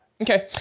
Okay